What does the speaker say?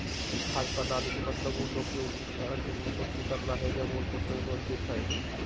खाद्य प्रणाली के मतलब उ लोग के उचित खाद्य आपूर्ति करना हइ जे मूल पोषण से वंचित हइ